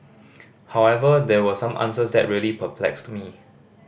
however there were some answers that really perplexed me